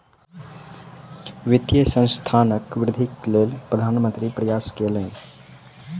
वित्तीय संस्थानक वृद्धिक लेल प्रधान मंत्री प्रयास कयलैन